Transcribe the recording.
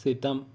सीतम